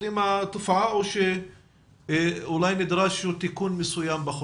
עם התופעה או שאולי נדרש תיקון מסוים בחוק?